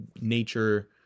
nature